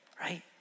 right